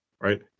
right